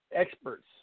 experts